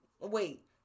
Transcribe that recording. wait